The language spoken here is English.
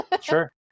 sure